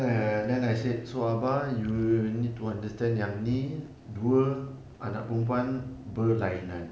then uh then I said so abah you need to understand yang ini dua anak perempuan berlainan